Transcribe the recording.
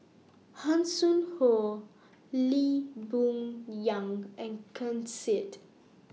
Hanson Ho Lee Boon Yang and Ken Seet